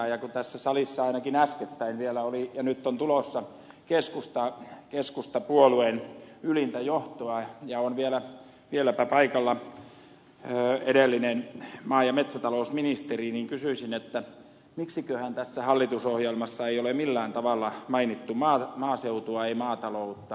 kun tässä salissa ainakin äskettäin vielä oli ja nyt on tulossa keskustapuolueen ylintä johtoa ja on vieläpä paikalla edellinen maa ja metsätalousministeri niin kysyisin miksiköhän tässä hallitusohjelmassa ei ole millään tavalla mainittu maaseutua ei maataloutta